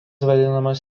vadinamas